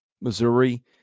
Missouri